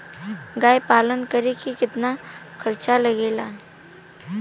गाय पालन करे में कितना खर्चा लगेला?